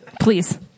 please